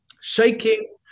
Shaking